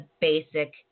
basic